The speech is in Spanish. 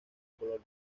color